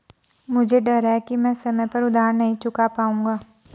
मुझे डर है कि मैं समय पर उधार नहीं चुका पाऊंगा